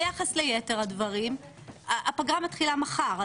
ביחס ליתר הדברים, הפגרה מתחילה מחר.